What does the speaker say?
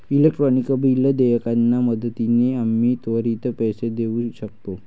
electronic bill देयकाच्या मदतीने आम्ही त्वरित पैसे देऊ शकतो